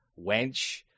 wench